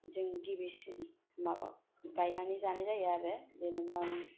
जों गिबिसिन माबा गायनानै जानाय जायो आरो जेनेबा